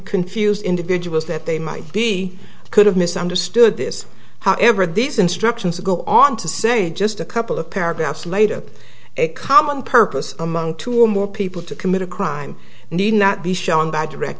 confused individuals that they might be could have misunderstood this however these instructions go on to say just a couple of paragraphs later a common purpose among two or more people to commit a crime need not be shown by direct